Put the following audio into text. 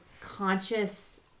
conscious